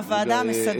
בוועדה המסדרת,